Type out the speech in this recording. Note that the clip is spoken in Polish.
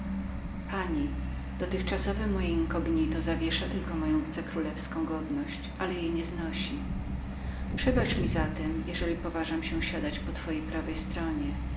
pani dotychczasowe moje inkognito zawiesza tylko moją wicekrólewską godność ale jej nie znosi przebacz mi żalem jeżeli poważam się siadać po prawej stronie